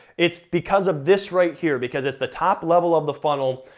it's because of this right here, because it's the top level of the funnel,